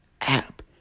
app